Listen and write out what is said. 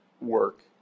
work